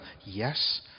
yes